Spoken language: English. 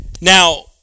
Now